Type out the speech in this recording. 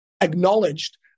acknowledged